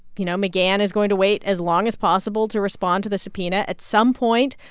you know, mcgahn is going to wait as long as possible to respond to the subpoena. at some point,